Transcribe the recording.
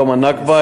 יום הנכבה,